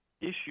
issue